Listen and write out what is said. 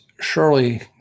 surely